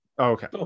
Okay